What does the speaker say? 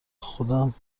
خودم